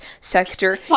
sector